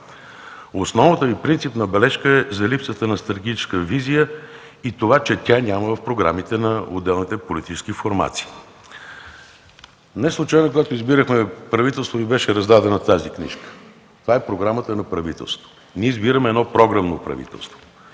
Основната Ви, принципна бележка е за липсата на стратегическа визия и това, че това го няма в програмите на отделните политически формации. Неслучайно когато избирахме правителството, Ви беше раздадена тази книжка. Това е програмата на правителството. (Показва програмата.) Ние избираме програмно правителство.